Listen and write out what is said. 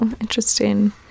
interesting